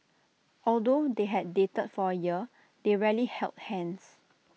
although they had dated for A year they rarely held hands